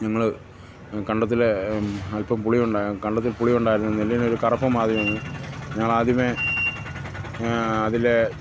ഞങ്ങൾ കണ്ടത്തിലെ അൽപ്പം പുളിയുണ്ട് കണ്ടത്തിൽ പുളിയുണ്ടായിരുന്നു നെല്ലിനൊരു കറുപ്പ് മാതിരിയാണ് ഞങ്ങൾ ആദ്യമേ അതിലെ